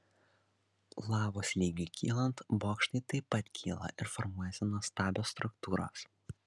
lavos lygiui kylant bokštai taip pat kyla ir formuojasi nuostabios struktūros